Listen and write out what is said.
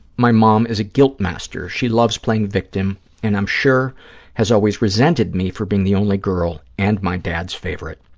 my mom is a guilt master. she loves playing victim and i'm sure has always resented me for being the only girl and my dad's favorite.